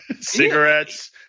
cigarettes